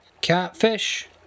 catfish